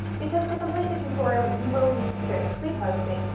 because to complete the tutorial, you will need to purchase web hosting,